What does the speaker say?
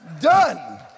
Done